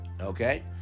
Okay